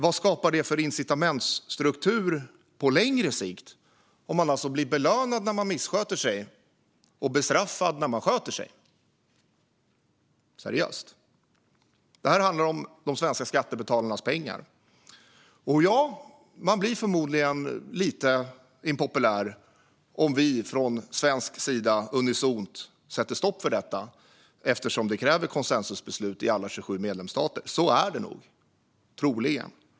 Vad skapar det för incitamentsstruktur på längre sikt om man blir belönad när man missköter sig och bestraffad när man sköter sig? Seriöst! Det här handlar om de svenska skattebetalarnas pengar. Och ja, vi blir förmodligen lite impopulära om vi från svensk sida sätter stopp för detta eftersom det kräver konsensusbeslut av alla 27 medlemsstater.